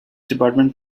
department